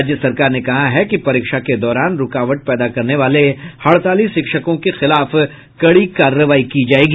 राज्य सरकार ने कहा है कि परीक्षा के दौरान रूकावट पैदा करने वाले हड़ताली शिक्षकों के खिलाफ कड़ी कार्रवाई की जायेगी